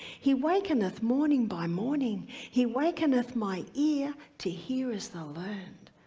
he wakeneth morning by morning. he wakeneth my ear to hear as the learned.